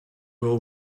will